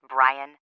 Brian